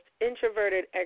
introverted